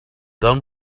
down